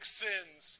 sins